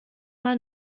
mal